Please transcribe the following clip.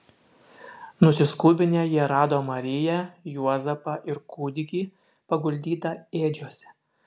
nusiskubinę jie rado mariją juozapą ir kūdikį paguldytą ėdžiose